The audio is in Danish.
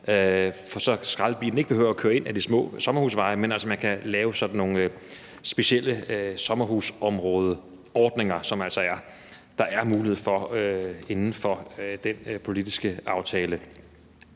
så skraldebilen ikke behøver at køre ind ad de små sommerhusveje, men at man kan lave sådan nogle specielle sommerhusområdeordninger, hvad der altså er mulighed for inden for den politiske aftale.